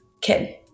kid